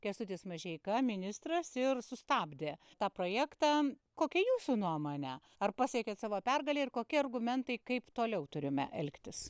kęstutis mažeika ministras ir sustabdė tą projektą kokia jūsų nuomonė ar pasiekėt savo pergalę ir kokie argumentai kaip toliau turime elgtis